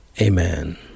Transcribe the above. Amen